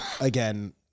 again